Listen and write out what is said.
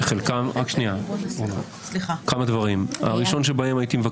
אחת מהטענות שהועלתה ביחס